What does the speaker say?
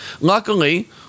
luckily